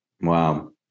Wow